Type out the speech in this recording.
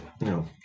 no